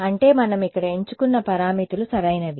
అంటే మనం ఇక్కడ ఎంచుకున్న పారామితులు సరైనవి